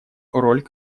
роль